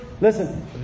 Listen